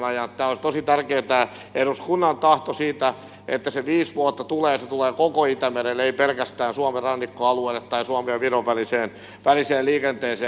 tämä on tosi tärkeä tämä eduskunnan tahto että se viisi vuotta tulee koko itämerelle ei pelkästään suomen rannikkoalueille tai suomen ja viron väliseen liikenteeseen